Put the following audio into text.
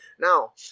Now